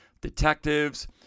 detectives